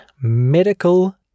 medical